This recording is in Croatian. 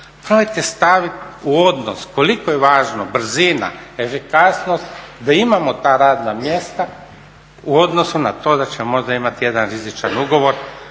Probajte staviti u odnos koliko je važno brzina, efikasnost da imamo ta radna mjesta u odnosu na to da ćemo možda imati jedan rizičan ugovor